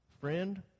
Friend